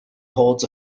holds